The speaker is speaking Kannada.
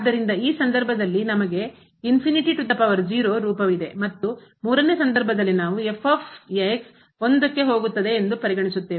ಆದ್ದರಿಂದ ಈ ಸಂದರ್ಭದಲ್ಲಿ ನಮಗೆ ರೂಪವಿದೆ ಮತ್ತು 3 ನೇ ಸಂದರ್ಭದಲ್ಲಿ ನಾವು 1 ಕ್ಕೆ ಹೋಗುತ್ತದೆ ಎಂದು ಪರಿಗಣಿಸುತ್ತೇವೆ